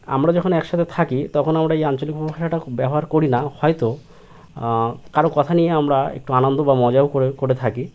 আমরা যখন একসাথে থাকি তখন আমরা এই আঞ্চলিক উপভাষাটা খুব ব্যবহার করি না হয়তো কারও কথা নিয়ে আমরা একটু আনন্দ বা মজাও করে করে থাকি